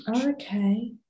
okay